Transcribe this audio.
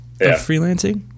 freelancing